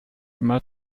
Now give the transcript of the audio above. immer